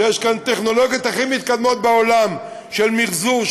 כשיש כאן טכנולוגיות הכי מתקדמות בעולם של מחזור,